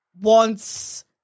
wants